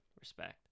respect